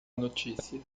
notícia